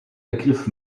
begriff